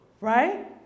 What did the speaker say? Right